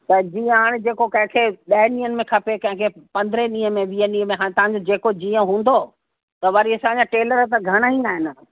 पर जीअं हाणे जेको कंहिं खे ॾहनि ॾींहंनि में खपे कंहिं खे पंद्रहें ॾींहें में वीहें ॾींहें में हाणे तव्हां जो जेको जीअं हूंदो त वरी असांजा टेलर घणा ईंदा आहिनि